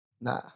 Nah